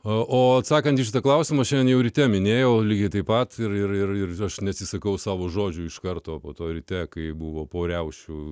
o atsakant į šitą klausimą šiandien jau ryte minėjo lygiai taip pat ir ir ir aš neatsisakau savo žodžių iš karto po to ryte kai buvo po riaušių